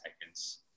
seconds